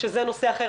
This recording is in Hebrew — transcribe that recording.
שזה נושא אחר,